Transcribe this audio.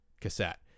cassette